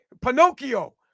Pinocchio